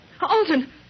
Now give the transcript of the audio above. Alton